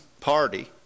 party